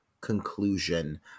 conclusion